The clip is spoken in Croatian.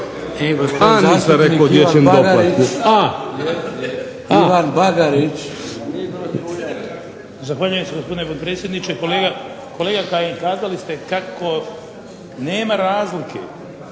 Zahvaljujem se gospodine potpredsjedniče. Kolega Kajin kazali ste kako nema razlike